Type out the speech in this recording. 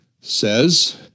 says